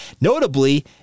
Notably